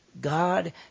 God